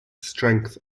strength